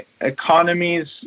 economies